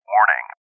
Warning